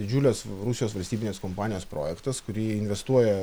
didžiulės rusijos valstybinės kompanijos projektas kuri investuoja